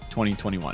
2021